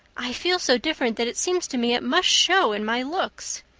i feel so different that it seems to me it must show in my looks.